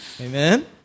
Amen